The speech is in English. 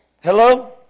Hello